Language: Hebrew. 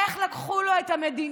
איך לקחו לו את המדינה,